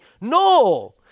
No